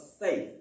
faith